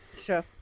Sure